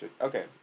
Okay